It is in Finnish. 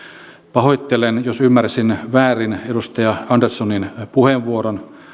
pahoittelen jos ymmärsin väärin edustaja anderssonin puheenvuoron